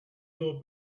doe